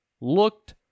looked